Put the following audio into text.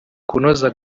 kunoza